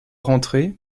rentré